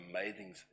amazing